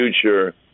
future